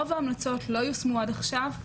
רוב ההמלצות לא יושמו עד עכשיו,